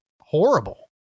horrible